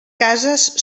cases